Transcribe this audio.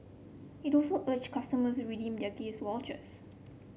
it also urged customer redeem their gift vouchers